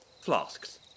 Flasks